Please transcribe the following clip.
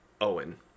Owen